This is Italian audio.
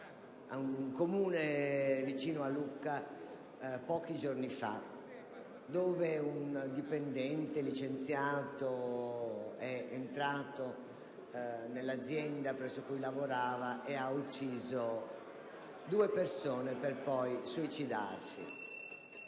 in un Comune vicino Lucca, dove un dipendente licenziato è entrato nell'azienda presso cui lavorava e ha ucciso due persone, per poi suicidarsi.